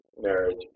marriage